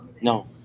no